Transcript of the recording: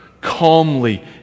calmly